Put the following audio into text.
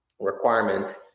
Requirements